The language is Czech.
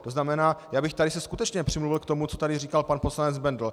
To znamená, tady bych se skutečně přimlouval k tomu, co tady říkal pan poslanec Bendl.